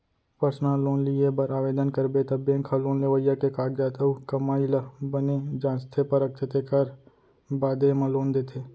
personal loan लिये बर ओवदन करबे त बेंक ह लोन लेवइया के कागजात अउ कमाई ल बने जांचथे परखथे तेकर बादे म लोन देथे